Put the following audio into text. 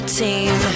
team